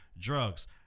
drugs